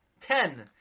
Ten